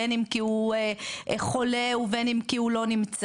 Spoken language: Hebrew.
בין אם כי הוא חולה ובין אם כי הוא לא נמצא,